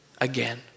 again